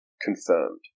confirmed